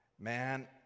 man